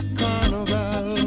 carnival